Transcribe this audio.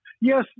Yes